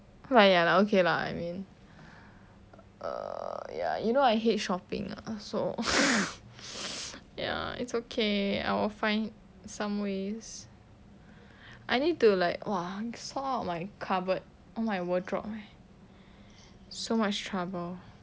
but ya lah okay lah I mean err ya you know I hate shopping ah so ya it's okay I will find some ways I need to like !wah! sort out my cupboard oh my wardrobe so much trouble